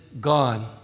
gone